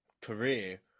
career